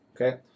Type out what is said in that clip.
Okay